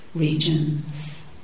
regions